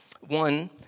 One